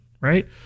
Right